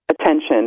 attention